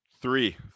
three